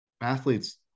athletes